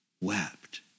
wept